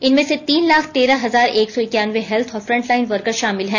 इनमें से तीन लाख तेरह हजार एक सौ इक्यानवें हेल्थ और फ्रंटलाइन वर्कर शामिल हैं